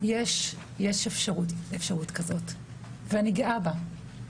יש אפשרות, ואני גאה בה.